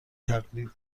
تقلید